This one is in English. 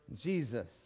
Jesus